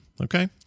Okay